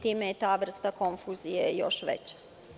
Time je ta vrsta konfuzije još veća.